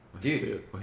Dude